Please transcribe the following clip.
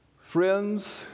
Friends